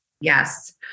yes